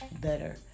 better